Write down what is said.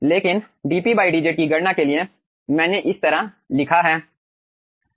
लेकिन dPdz की गणना के लिए मैंने इस तरह लिखा है